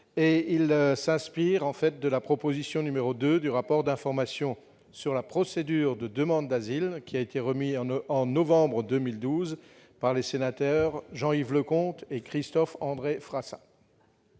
en s'inspirant de la proposition n° 2 du rapport d'information sur la procédure de demande d'asile remis en novembre 2012 par MM. Jean-Yves Leconte et Christophe-André Frassa.